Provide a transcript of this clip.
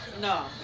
No